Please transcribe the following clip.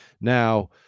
Now